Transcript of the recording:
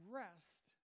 rest